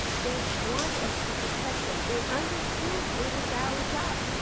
they want us to protect them. they understand it is our job.